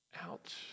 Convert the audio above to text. Ouch